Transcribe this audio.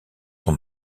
son